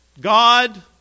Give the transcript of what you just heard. God